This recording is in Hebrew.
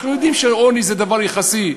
אנחנו יודעים שעוני זה דבר יחסי.